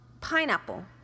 Pineapple